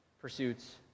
pursuits